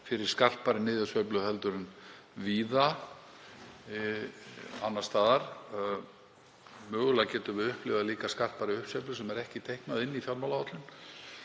fyrir skarpari niðursveiflu en víða annars staðar. Mögulega gætum við líka upplifað skarpari uppsveiflu sem er ekki teiknuð inn í fjármálaáætlun.